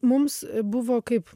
mums buvo kaip